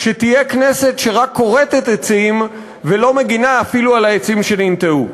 שתהיה כנסת שרק כורתת עצים ולא מגינה אפילו על העצים שניטעו.